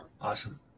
Awesome